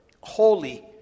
holy